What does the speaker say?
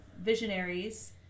visionaries